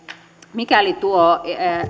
mikäli tuo